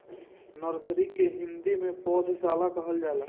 nursery के हिंदी में पौधशाला कहल जाला